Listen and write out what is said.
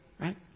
right